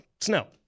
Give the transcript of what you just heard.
Snow